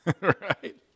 Right